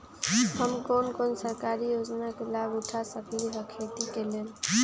हम कोन कोन सरकारी योजना के लाभ उठा सकली ह खेती के लेल?